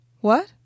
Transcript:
What